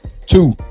two